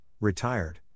retired